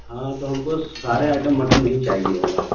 ہاں تو ہم کو سارے آئٹم مٹن میں ہی چاہیے ہوگا